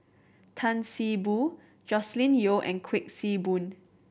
Tan See Boo Joscelin Yeo and Kuik Swee Boon